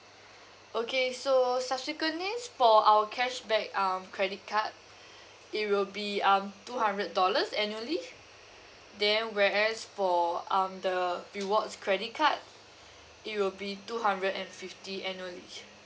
okay so subsequent is for our cashback um credit card it will be um two hundred dollars annually then whereas for um the rewards credit card it will be two hundred and fifty annually